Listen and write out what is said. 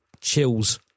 chills